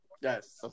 Yes